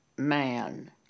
Man